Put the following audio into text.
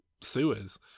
sewers